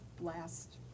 last